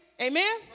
Amen